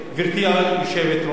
גברתי היושבת-ראש,